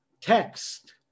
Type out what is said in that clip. text